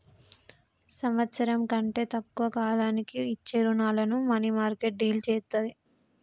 సంవత్సరం కంటే తక్కువ కాలానికి ఇచ్చే రుణాలను మనీమార్కెట్ డీల్ చేత్తది